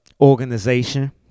organization